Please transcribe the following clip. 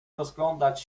rozglądać